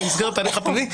במסגרת ההליך הפלילי,